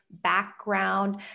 background